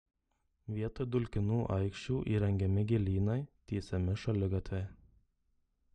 vietoj dulkinų aikščių įrengiami gėlynai tiesiami šaligatviai